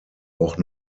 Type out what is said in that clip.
auch